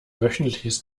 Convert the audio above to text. wöchentliches